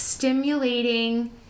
Stimulating